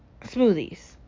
smoothies